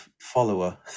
follower